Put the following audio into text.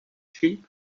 sheep